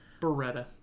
Beretta